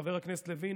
חבר הכנסת לוין,